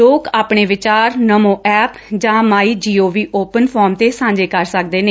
ਲੋਕ ਆਪਣੇ ਵਿਚਾਰ ਨਸੋ ਐਪ ਜਾਂ my G O V open forum ਤੈ ਸਾਝੇ ਕਰ ਸਕਦੇ ਨੇ